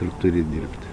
ir turi dirbti